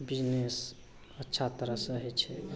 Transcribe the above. business अच्छा तरहसे होइ छै